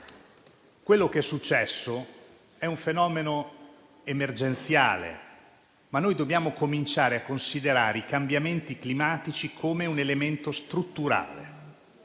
Quello che è successo è un fenomeno emergenziale, ma noi dobbiamo cominciare a considerare i cambiamenti climatici come un elemento strutturale.